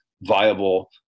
viable